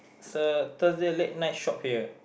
sir Thursday late night shop here